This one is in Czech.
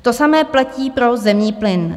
To samé platí pro zemní plyn.